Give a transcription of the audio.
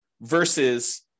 versus